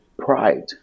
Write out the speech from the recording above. pride